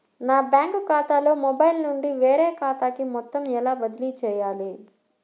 నా బ్యాంక్ ఖాతాలో మొబైల్ నుండి వేరే ఖాతాకి మొత్తం ఎలా బదిలీ చేయాలి?